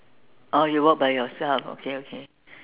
oh you walk by yourself okay okay